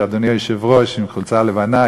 שאדוני היושב-ראש עם חולצה לבנה,